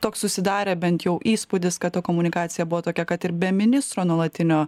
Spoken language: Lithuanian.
toks susidarė bent jau įspūdis kad ta komunikacija buvo tokia kad ir be ministro nuolatinio